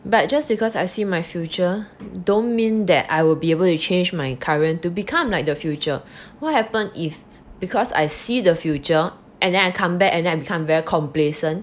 but just because I see my future don't mean that I will be able to change my current to become like the future what happens if because I see the future and then come back and I become very complacent